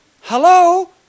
Hello